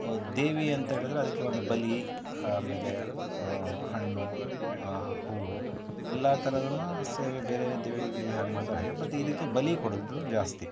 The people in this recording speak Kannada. ದೇವಿ ಅಂತೇಳಿದರೆ ಅದಕ್ಕೆ ಒಂದು ಬಲಿ ಆಮೇಲೆ ಹಣ್ಣು ಹೂವು ಎಲ್ಲ ಥರದ ಸೇವೆ ಬೇರೆ ದೇವಿಗಳಿಗೆ ಹ್ಯಾಗೆ ಮಾಡ್ತಾರೆ ಹಾಗೇ ಬತ್ ಇದಕ್ಕೆ ಬಲಿ ಕೊಡೋದು ಜಾಸ್ತಿ